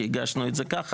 כי הגשנו את זה ככה.